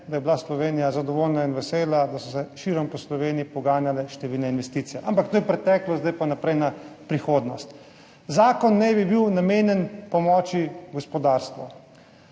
da je bila Slovenija zadovoljna in vesela, da so se širom Slovenije poganjale številne investicije, ampak to je preteklost, zdaj pa naprej na prihodnost. Zakon naj bi bil namenjen pomoči gospodarstvu.